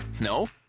No